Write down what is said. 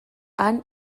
han